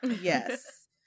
Yes